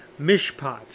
mishpat